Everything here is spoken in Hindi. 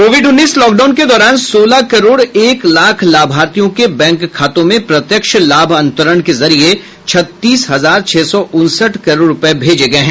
कोविड उन्नीस लॉकडाउन के दौरान सोलह करोड एक लाख लाभार्थियों के बैंक खातों में प्रत्यक्ष लाभ अंतरण के जरिये छत्तीस हजार छह सौ उनसठ करोड़ रूपये भेजे गये हैं